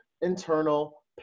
internal